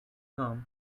thumb